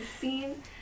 scene